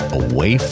away